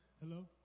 Hello